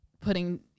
putting